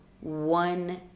one